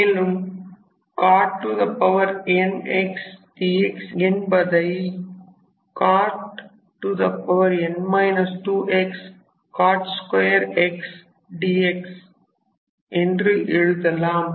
மேலும் cot n x dx என்பதைcot n 2 x cot 2 x dx என்று எழுதலாம்